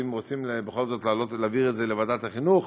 ואם רוצים בכל זאת להעביר את זה לוועדת החינוך,